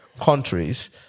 countries